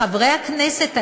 חברי הכנסת האלה,